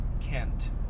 Kent